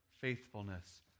faithfulness